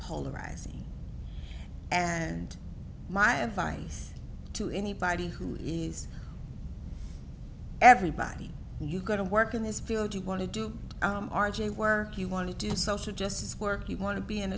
polarizing and my advice to anybody who is everybody you go to work in this field you want to do r j work you want to do social justice work you want to be an